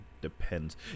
depends